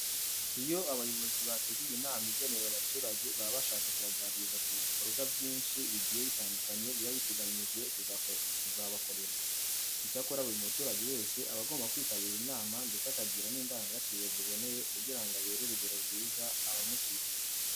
Iyo abayobozi bateguye inama igenewe abaturage baba bashaka kubaganiriza ku bikorwa byinshi bigiye bitandukanye biba biteganyijwe kuzabakorerwa. Icyakora buri muturage wese aba agomba kwitabira inama ndetse akagira n'indangagaciro ziboneye kugira ngo abere urugero rwiza abamukikije.